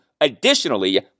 Additionally